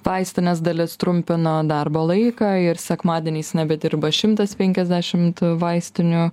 vaistinės dalis sutrumpino darbo laiką ir sekmadieniais nedirba šimtas penkiasdešimt vaistinių